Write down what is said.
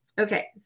Okay